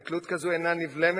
כשהתנכלות כזאת אינה נבלמת,